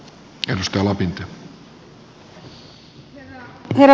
herra puhemies